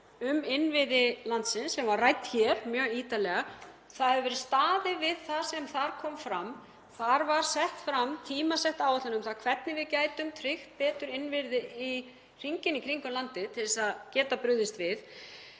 um innviði landsins sem var rædd hér mjög ítarlega. Það hefur verið staðið við það sem þar kom fram. Þar var sett fram tímasett áætlun um það hvernig við gætum tryggt betur innviði hringinn í kringum landið til að geta brugðist við.